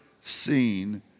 seen